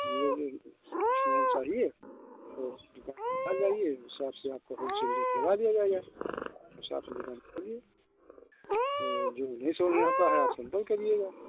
जो जो समान चाहिए तो आप आ जाइए उस हिसाब से आपका होलसेल रेट लगा दिया जाएगा उस हिसाब से दुकान खोलिए और जो नही समझ में आता है आप संपर्क करिएगा